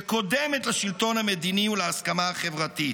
שקודמת לשלטון המדיני ולהסכמה החברתית.